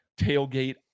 tailgate